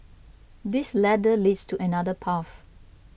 this ladder leads to another path